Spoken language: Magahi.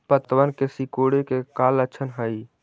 पत्तबन के सिकुड़े के का लक्षण हई?